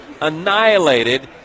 annihilated